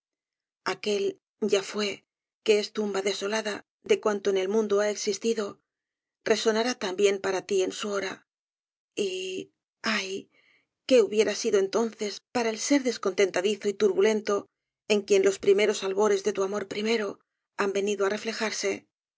aquel ya fué que es tumba desolada de cuanto en el mundo ha existido resonará también para ti en su hora y ay qué hubieras sido entonces para el ser descontentadizo y turbulento en quien los primeros albores de tu amor primero han venido á reflejarse